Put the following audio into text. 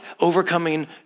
overcoming